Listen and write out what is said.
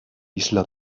isla